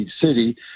City